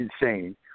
insane